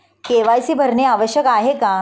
KYC भरणे आवश्यक आहे का?